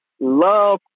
love